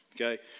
Okay